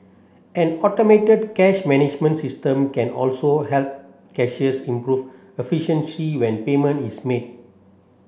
an automated cash management system can also help cashiers improve efficiency when payment is made